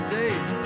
days